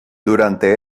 durante